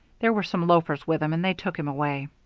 there were some loafers with him, and they took him away.